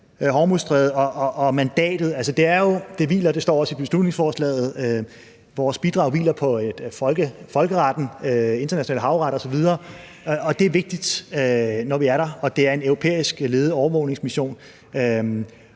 Hormuzstrædet og mandatet: Vores bidrag hviler – det står også i beslutningsforslaget – på folkeretten, på international havret osv., og det er vigtigt, når vi er der, og det er en europæisk ledet overvågningsmission.